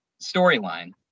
storyline